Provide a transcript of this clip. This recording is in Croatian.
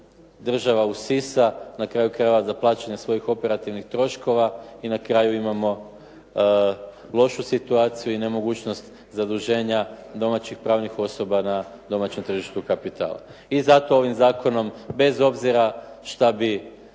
država usisa, na kraju krajeva za plaćanje svojih operativnih troškova i na kraju imamo lošu situaciju i nemogućnost zaduženja domaćih pravnih osoba na domaćem tržištu kapitala. I zato ovim zakonom bez obzira što bi